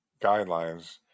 Guidelines